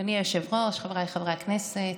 אדוני היושב-ראש, חבריי חברי הכנסת,